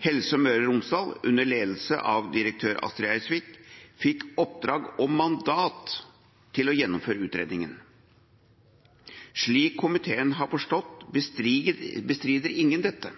Helse Møre og Romsdal, under ledelse av direktør Astrid Eidsvik, fikk oppdrag om og mandat til å gjennomføre utredningen. Slik komiteen har forstått det, bestrider ingen dette.